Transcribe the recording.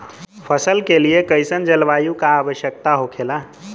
फसल के लिए कईसन जलवायु का आवश्यकता हो खेला?